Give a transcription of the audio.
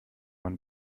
man